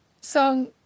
Song